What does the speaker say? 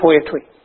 poetry